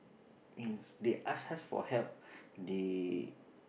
and they ask us for help they